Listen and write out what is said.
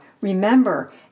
Remember